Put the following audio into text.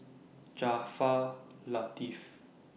Jaafar Latiff